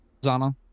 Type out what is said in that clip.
Zana